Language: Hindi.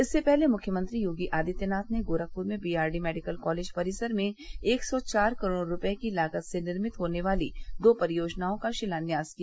इससे पहले मुख्यमंत्री योगी आदित्यनाथ ने गोरखपुर में बीआरंडी मेडिकल कालेज परिसर में एक सौ चार करोड़ रूपये की लागत से निर्मित होने वाली दो परियोजनाओं का शिलान्यास किया